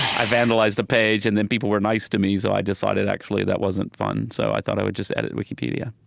i vandalized a page, and then people were nice to me, so i decided actually that wasn't fun. so i thought i would just edit wikipedia.